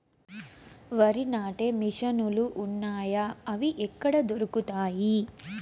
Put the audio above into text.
వరి నాటే మిషన్ ను లు వున్నాయా? అవి ఎక్కడ దొరుకుతాయి?